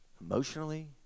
Emotionally